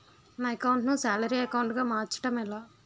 నా అకౌంట్ ను salary account గా మార్చటం ఎలా?